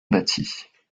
bâties